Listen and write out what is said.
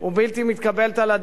תקציב מדינה אין.